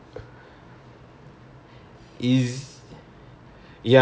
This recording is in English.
so how how is studies do you have any middle terms